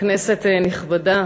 אדוני היושב-ראש, כנסת נכבדה,